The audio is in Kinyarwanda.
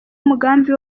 umugambi